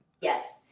Yes